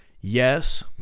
Yes